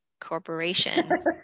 corporation